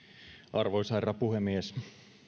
arvoisa herra puhemies